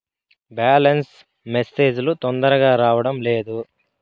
Balance message లు తొందరగా రావడం లేదు?